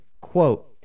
quote